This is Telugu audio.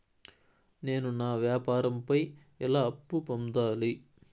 నేను నా వ్యాపారం పై ఎలా అప్పు పొందాలి?